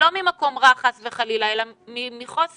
לא ממקום רע, חס וחלילה, אלא מחוסר